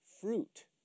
fruit